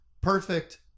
perfect